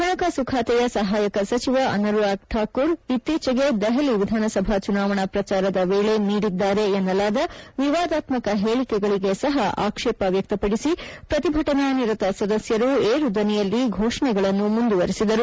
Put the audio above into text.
ಹಣಕಾಸು ಖಾತೆಯ ಸಹಾಯಕ ಸಚಿವ ಅನುರಾಗ್ ಠಾಕೂರ್ ಇತ್ತೀಚೆಗೆ ದೆಹಲಿ ವಿಧಾನಸಭಾ ಚುನಾವಣಾ ಪ್ರಚಾರದ ವೇಳೆ ನೀಡಿದ್ದಾರೆ ಎನ್ನಲಾದ ವಿವಾದಾತ್ಮಕ ಹೇಳಿಕೆಗಳಿಗೆ ಸಹ ಆಕ್ಷೇಪ ವ್ಯಕ್ತಪದಿಸಿ ಪ್ರತಿಭಟನಾನಿರತ ಸದಸ್ಯರು ಏರು ದನಿಯಲ್ಲಿ ಫೋಷಣೆಗಳನ್ನು ಮುಂದುವರೆಸಿದರು